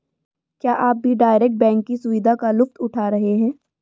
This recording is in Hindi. क्या आप भी डायरेक्ट बैंक की सुविधा का लुफ्त उठा रहे हैं?